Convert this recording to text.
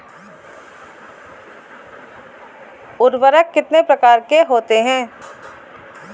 उर्वरक कितने प्रकार के होते हैं?